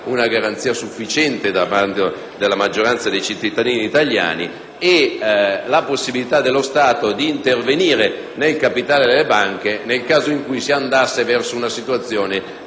una garanzia sufficiente da parte della maggioranza dei cittadini italiani, e la possibilità dello Stato di intervenire nel capitale delle banche, nel caso in cui si andasse verso una situazione